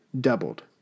doubled